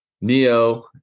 Neo